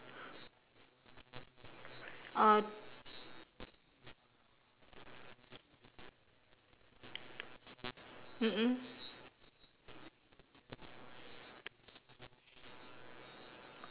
uh mm mm